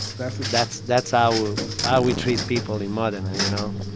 that's. ah that's that's how ah we treat people in modena, you know?